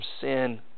sin